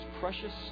precious